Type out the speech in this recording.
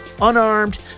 unarmed